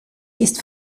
ist